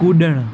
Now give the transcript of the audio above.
कुड॒णु